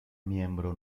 miembro